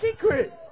secret